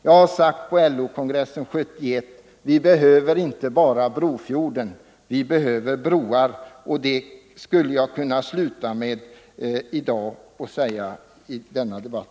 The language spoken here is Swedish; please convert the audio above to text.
Jag sade på LO kongressen 1971 att vi inte bara behöver Brofjorden, vi behöver även broar, och det skulle jag kunna sluta med att säga också i dag.